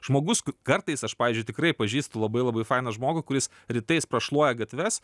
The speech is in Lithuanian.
žmogus kartais aš pavyzdžiui tikrai pažįstu labai labai fainą žmogų kuris rytais prašluoja gatves